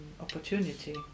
opportunity